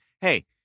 hey